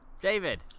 David